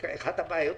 אחת הבעית המרכזיות,